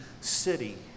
city